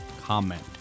comment